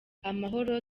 amahoro